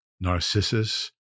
Narcissus